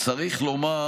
צריך לומר